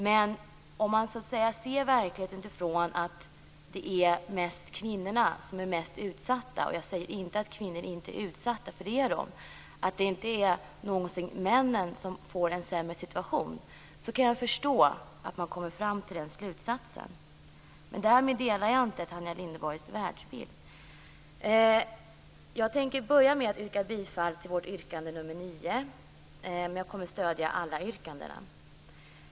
Men om man ser verkligheten utifrån att det är kvinnor som är mest utsatta - jag säger inte att kvinnor inte är utsatta, för det är de - och att det inte någonsin är männen som får en sämre situation så kan jag förstå att man kommer fram till den slutsatsen. Men därmed delar jag inte Tanja Linderborgs världsbild. Jag tänker börja med att yrka bifall till vårt yrkande nr 9, men jag kommer att stödja alla yrkanden.